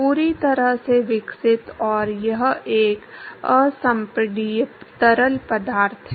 पूरी तरह से विकसित और यह एक असंपीड्य तरल पदार्थ है